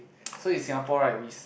so in Singapore right we s~